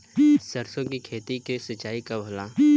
सरसों की खेती के सिंचाई कब होला?